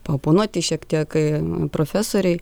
paoponuoti šiek tiek kai profesorei